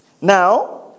Now